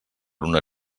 una